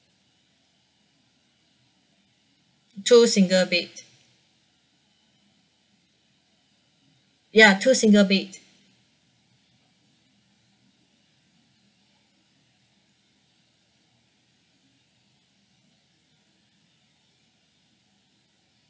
two single bed ya two single bed